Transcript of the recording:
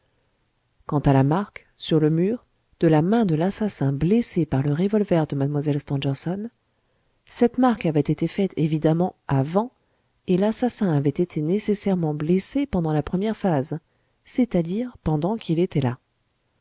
quant à la marque sur le mur de la main de l'assassin blessée par le revolver de mlle stangerson cette marque avait été faite évidemment avant et l'assassin avait été nécessairement blessé pendant la première phase c'est-àdire pendant qu'il était là